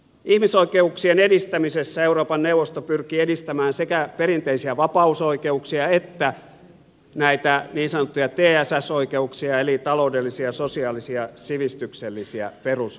ihmisoikeuksien edistämisessä euroopan neuvosto pyrkii edistämään sekä perinteisiä vapausoikeuksia että näitä niin sanottuja tss oikeuksia eli taloudellisia sosiaalisia sivistyksellisiä perusoikeuksia